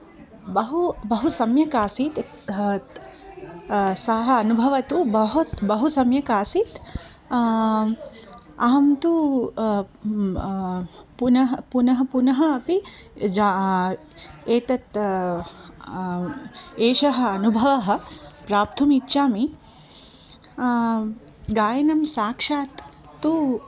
बहु बहु सम्यक् आसीत् त् सः अनुभवः तु बहु बहु सम्यक् आसीत् अहं तु पुनः पुनः पुनः अपि ज एतत् एषः अनुभवं प्राप्तुम् इच्छामि गायनं साक्षात् तु